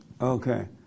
Okay